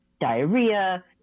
diarrhea